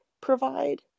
provide